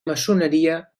maçoneria